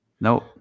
Nope